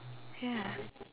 ya